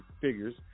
figures